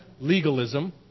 legalism